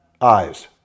eyes